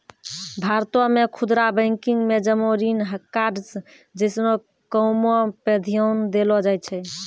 भारतो मे खुदरा बैंकिंग मे जमा ऋण कार्ड्स जैसनो कामो पे ध्यान देलो जाय छै